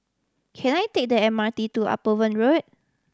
can I take the M R T to Upavon Road